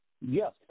Yes